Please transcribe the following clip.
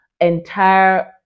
entire